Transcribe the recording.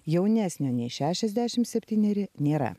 jaunesnio nei šešiasdešimt septyneri nėra